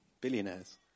billionaires